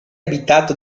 abitato